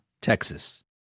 Texas